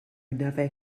n’avez